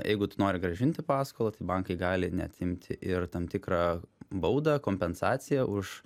jeigu tu nori grąžinti paskolą tai bankai gali net imti ir tam tikrą baudą kompensaciją už